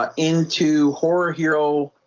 ah into horror hero,